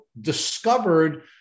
discovered